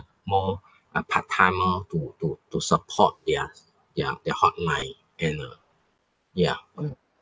more uh part timer to to to support their their their hotline and uh ya